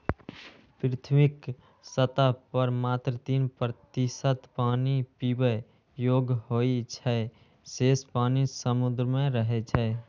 पृथ्वीक सतह पर मात्र तीन प्रतिशत पानि पीबै योग्य होइ छै, शेष पानि समुद्र मे रहै छै